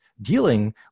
dealing